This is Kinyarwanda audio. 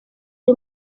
uri